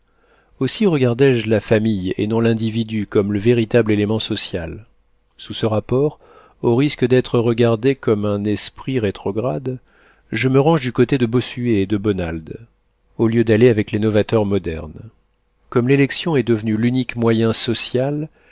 aussi regardé je la famille et non l'individu comme le véritable élément social sous ce rapport au risque d'être regardé comme un esprit rétrograde je me range du côté de bossuet et de bonald au lieu d'aller avec les novateurs modernes comme l'élection est devenue l'unique moyen social